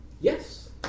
Yes